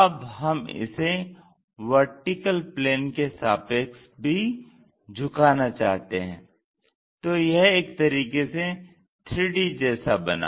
अब हम इसे VP के सापेक्ष भी झुकना चाहते हैं तो यह एक तरीके से 3D जैसा बना